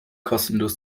kostenlos